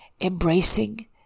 embracing